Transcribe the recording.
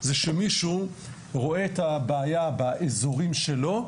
זה שמישהו רואה את הבעיה באזורים שלו,